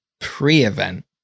pre-event